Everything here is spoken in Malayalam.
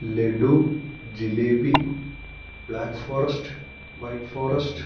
laddu jalebi black forest white forest